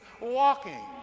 walking